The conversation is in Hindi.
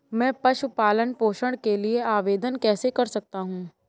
मैं पशु पालन पोषण के लिए आवेदन कैसे कर सकता हूँ?